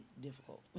difficult